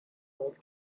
old